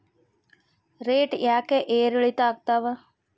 Rate ಯಾಕೆ ಏರಿಳಿತ ಆಗ್ತಾವ?